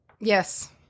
Yes